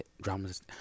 Dramas